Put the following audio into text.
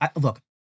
look